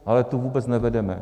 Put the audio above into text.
Ale tu vůbec nevedeme.